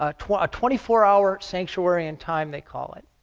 ah twenty twenty four hour sanctuary in time, they call it.